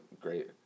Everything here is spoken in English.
great